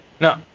no